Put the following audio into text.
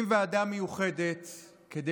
תתביישו